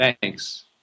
thanks